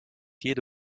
jede